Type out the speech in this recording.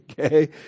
okay